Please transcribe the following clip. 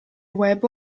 web